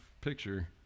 Picture